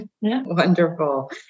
Wonderful